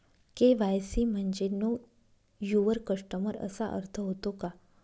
KYC म्हणजे know your customer असा अर्थ होतो का?